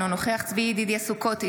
אינו נוכח צבי ידידיה סוכות,